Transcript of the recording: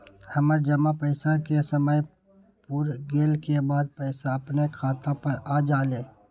हमर जमा पैसा के समय पुर गेल के बाद पैसा अपने खाता पर आ जाले?